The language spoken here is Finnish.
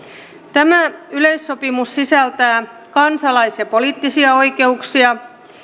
tämä yleissopimus sisältää kansalais ja poliittisia oikeuksia